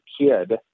kid